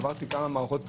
עברתי כמה מערכות בחירות,